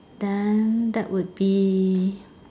then that would be